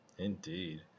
Indeed